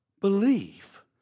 believe